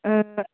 ओ